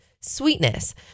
sweetness